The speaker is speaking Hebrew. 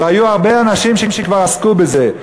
והיו הרבה אנשים שכבר עסקו בזה.